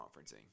conferencing